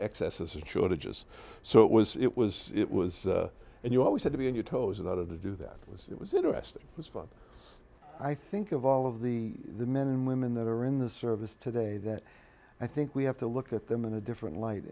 excess of shortages so it was it was it was and you always had to be on your toes a lot of the do that was it was interesting it was fun i think of all of the men and women that are in the service today that i think we have to look at them in a different